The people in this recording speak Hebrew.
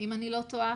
אם אני לא טועה,